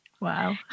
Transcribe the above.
Wow